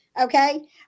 okay